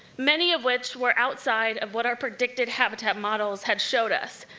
many of which were outside of what our predictive habitat models had showed us.